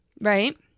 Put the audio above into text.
Right